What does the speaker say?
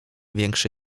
większy